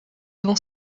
dont